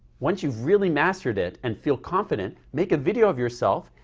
once you've really mastered it and feel confident, make a video of yourself,